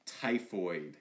typhoid